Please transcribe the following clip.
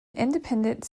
independent